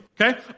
Okay